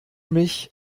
mich